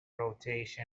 rotation